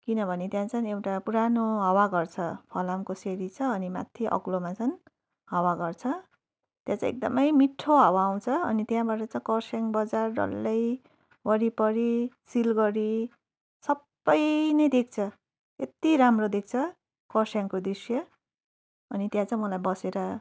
किन भने त्यहाँ चाहिँ एउटा पुरानो हावाघर छ फलामको सिँढी छ अनि माथि अग्लोमा चाहिँ हवाघर छ त्यहाँ चाहिँ एकदमै मिठो हवा आउँछ अनि त्यहाँबाट चाहिँ कर्सियङ बजार डल्लै वरिपरि सिलगढी सबै नै देख्छ यति राम्रो देख्छ कर्सियङको दृश्य अनि त्यहाँ चाहिँ मलाई बसेर